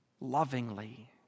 lovingly